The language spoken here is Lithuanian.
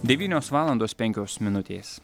devynios valandos penkios minutės